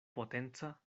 potenca